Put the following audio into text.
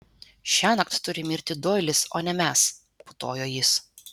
šiąnakt turi mirti doilis o ne mes putojo jis